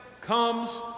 comes